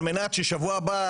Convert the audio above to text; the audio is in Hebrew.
על מנת ששבוע הבא,